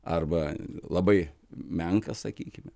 arba labai menkas sakykime